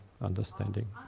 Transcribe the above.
understanding